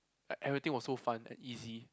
like everything was so fun and easy